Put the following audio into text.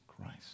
Christ